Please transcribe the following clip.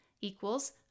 equals